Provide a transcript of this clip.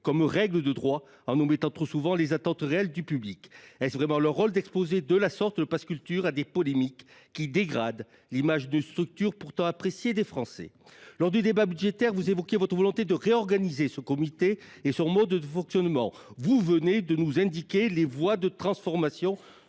comme règle de droit, en omettant trop souvent les attentes réelles du public ? Est ce vraiment leur rôle d’exposer de la sorte le pass Culture à des polémiques qui dégradent l’image d’une initiative pourtant appréciée des Français ? Lors du débat budgétaire, vous avez déclaré vouloir réorganiser ce comité et son mode de fonctionnement. Vous venez de nous indiquer les voies de transformation